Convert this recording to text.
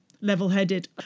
level-headed